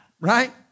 right